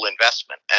investment